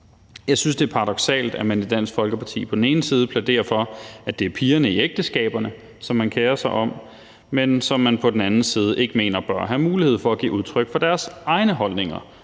Jeg synes, det er paradoksalt, at man i Dansk Folkeparti på den ene side plæderer for, at det er pigerne i ægteskaberne, som man kerer sig om, men at man på den anden side ikke mener, at de bør have mulighed for at give udtryk for deres egne holdninger,